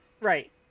Right